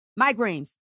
migraines